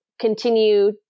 continue